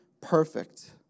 perfect